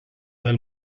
del